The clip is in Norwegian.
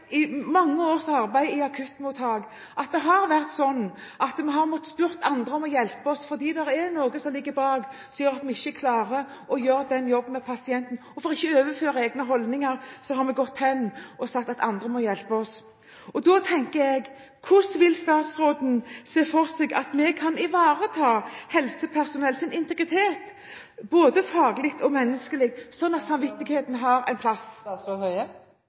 mange års arbeid i akuttmottak at det har vært sånn at vi har måttet spørre andre om å hjelpe oss, fordi det ligger noe bak som gjør at vi ikke klarer å gjøre den jobben med pasienten, og for ikke å overføre egne holdninger har vi gått hen og sagt at andre må hjelpe oss. Da tenker jeg: Hvordan vil statsråden se for seg at vi kan ivareta helsepersonellets integritet, både faglig og menneskelig, sånn at samvittigheten har en plass?